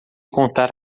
contar